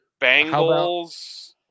Bengals